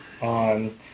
on